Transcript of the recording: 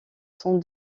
sans